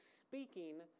speaking